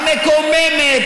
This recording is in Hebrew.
המקוממת,